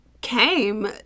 came